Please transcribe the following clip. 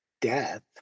death